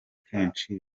kenshi